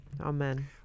Amen